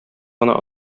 гына